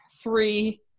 three